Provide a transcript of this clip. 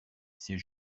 c’est